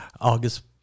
August